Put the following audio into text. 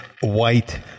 white